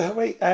wait